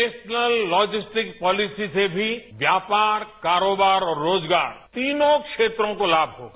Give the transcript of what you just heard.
national logistic policy से भी व्यापार कारोबार और रोजगार तीनों क्षेत्रों को लाभ होगा